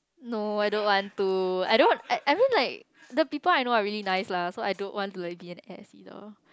no I don't want to I don't want uh I mean like the people I know are really nice lah so I don't want to like be an ass either